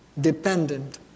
dependent